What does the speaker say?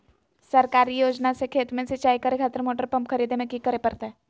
सरकारी योजना से खेत में सिंचाई करे खातिर मोटर पंप खरीदे में की करे परतय?